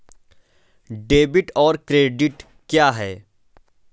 Debit और credit क्या है?